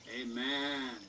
Amen